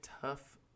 tough